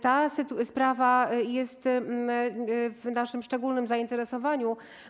Ta sprawa jest w naszym szczególnym zainteresowaniu.